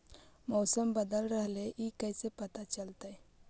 मौसम बदल रहले हे इ कैसे पता चलतै?